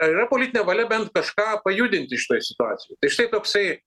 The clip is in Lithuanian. ar yra politinė valia bent kažką pajudinti šitoj situacijoj tai štai toksai